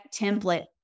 template